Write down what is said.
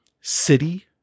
city